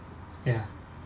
ya